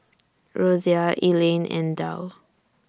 Rosia Elayne and Dow